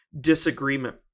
disagreement